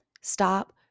Stop